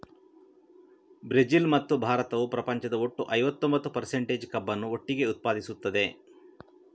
Brazil ಮತ್ತು ಭಾರತವು ಪ್ರಪಂಚದ ಒಟ್ಟು ಐವತ್ತೊಂಬತ್ತು ಪರ್ಸಂಟೇಜ್ ಕಬ್ಬನ್ನು ಒಟ್ಟಿಗೆ ಉತ್ಪಾದಿಸುತ್ತದೆ